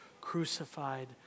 crucified